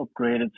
upgraded